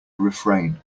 refrain